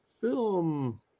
film